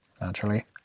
naturally